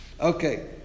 okay